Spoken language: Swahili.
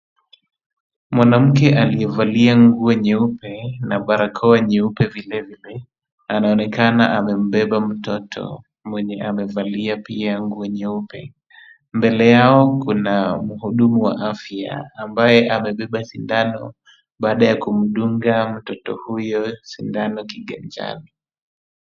Mwanamke aliyevalia nguo nyeupe na barakoa nyeupe vilevile, anaonekana amembeba mtoto mwenye amevalia pia nguo nyeupe. Mbele yao kuna mhudumu wa afya ambaye amebeba sindano baada ya kumdunga mtoto huyo sindano kiganjani.